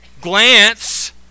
glance